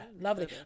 lovely